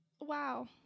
Wow